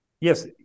yes